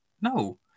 No